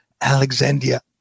Alexandria